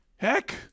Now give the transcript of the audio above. Heck